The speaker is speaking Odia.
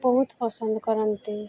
ବହୁତ ପସନ୍ଦ କରନ୍ତି